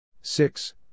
six